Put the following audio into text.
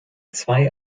zwei